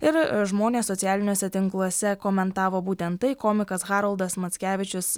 ir žmonės socialiniuose tinkluose komentavo būtent tai komikas haroldas mackevičius